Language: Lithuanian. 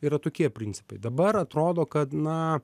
yra tokie principai dabar atrodo kad na